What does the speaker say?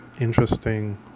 interesting